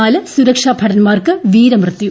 നാല് സുരക്ഷാ ഭടൻമാർക്ക് വീരമൃത്യു